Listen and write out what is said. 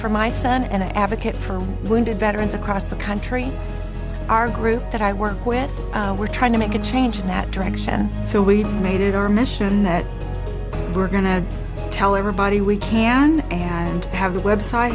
for my son and i advocate for wounded veterans across the country our group that i work with we're trying to make a change in that direction so we made it our mission that we're going to tell everybody we can and have the website